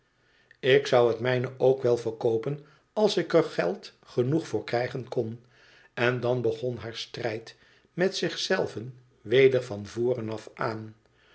ik zou het mijne ook wel verkoopen als er geld genoeg voor krijgen kon en dan begon haar strijd met zich zelve weder van voren af aan